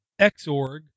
xorg